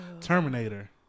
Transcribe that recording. Terminator